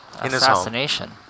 assassination